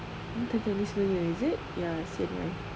ni time chinese new year is it ya it's the other one